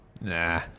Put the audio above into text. nah